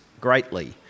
greatly